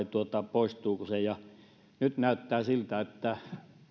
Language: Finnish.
poistuuko se nyt näyttää siltä että